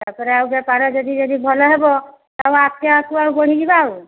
ତାପରେ ଆଉ ବେପାର ଯଦି ଯଦି ଭଲ ହେବ ତାହା ଆସ୍ତେ ଆସ୍ତେ ଆଉ ବଢ଼ିଯିବା ଆଉ